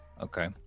Okay